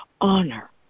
honor